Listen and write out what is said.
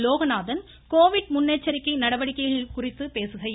Loganathan Covid முன்னெச்சரிக்கை நடவடிக்கைள் குறித்து பேசுகையில்